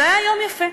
זה היה יום יפה,